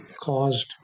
caused